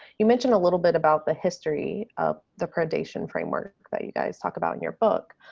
you mentioned a little bit about the history of the presentation framework that you guys talked about in your book.